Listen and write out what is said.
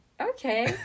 Okay